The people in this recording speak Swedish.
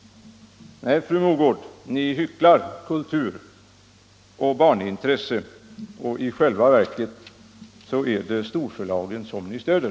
Nej, fru Mogård, ni hycklar kulturoch barnintresse. I själva verket är det storförlagen som ni stöder.